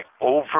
over